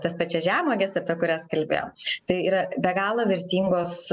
tas pačias žemuoges apie kurias kalbėjom tai yra be galo vertingos